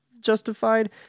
justified